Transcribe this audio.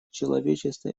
человечества